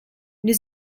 new